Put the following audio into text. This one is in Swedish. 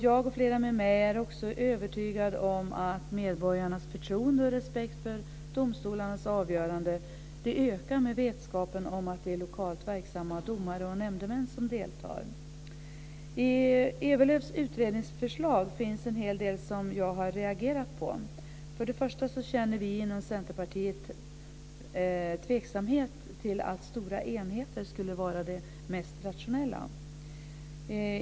Jag, och flera med mig, är också övertygade om att medborgarnas förtroende och respekt för domstolarnas avgörande ökar med vetskapen om att det är lokalt verksamma domare och nämndemän som deltar. I Ewerlöfs utredningsförslag finns en hel del som jag har reagerat på. Först och främst känner vi inom Centerpartiet tveksamhet till att stora enheter skulle vara det mest rationella.